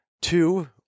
Two